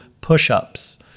push-ups